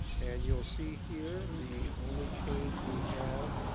and you'll see here the only change we have